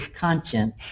conscience